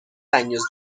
años